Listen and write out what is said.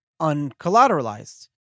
uncollateralized